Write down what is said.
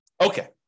Okay